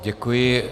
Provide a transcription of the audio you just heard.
Děkuji.